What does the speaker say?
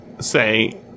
say